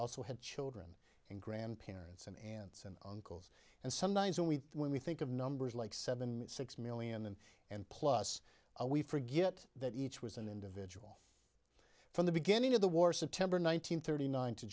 also have children and grandparents and aunts and uncles and sometimes when we when we think of numbers like seven six million and and plus we forget that each was an individual from the beginning of the war september one nine hundred thirty nine to